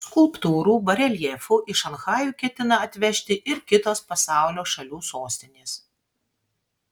skulptūrų bareljefų į šanchajų ketina atvežti ir kitos pasaulio šalių sostinės